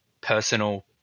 personal